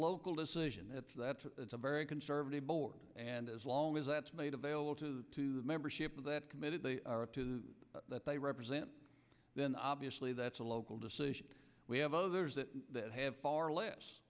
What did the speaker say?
local decision that's that's a very conservative board and as long as that's made available to to the membership of that committee they are up to that they represent then obviously that's a local decision we have others that have far less